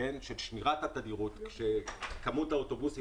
בשעות פעילות הקווים,